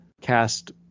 cast